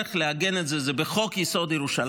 הדרך לעגן את זה היא בחוק-יסוד: ירושלים,